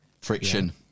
friction